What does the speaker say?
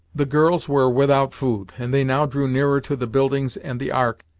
the girls were without food, and they now drew nearer to the buildings and the ark,